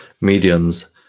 mediums